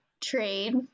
trade